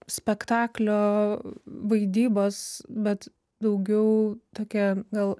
spektaklio vaidybos bet daugiau tokia gal